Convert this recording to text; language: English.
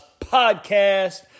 podcast